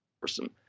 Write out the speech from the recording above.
person